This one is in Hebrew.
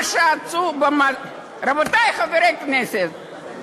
מה שעצוב, רבותי, חברי הכנסת, מה,